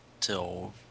till